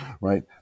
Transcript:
right